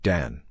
Dan